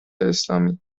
اسلامی